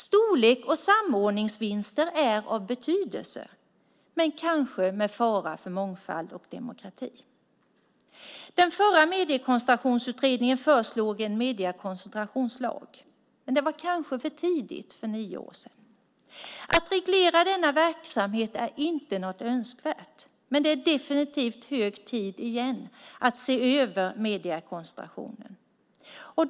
Storlek och samordningsvinster är av betydelse, men kanske med fara för mångfald och demokrati. Den förra Mediekoncentrationskommittén föreslog en mediekoncentrationslag, men det var kanske för tidigt för nio år sedan. Att reglera denna verksamhet är inte något önskvärt, men det är definitivt hög tid att se över mediekoncentrationen igen.